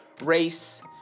race